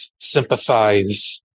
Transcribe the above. sympathize